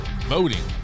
voting